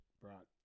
brought